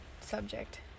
subject